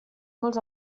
molts